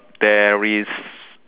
there is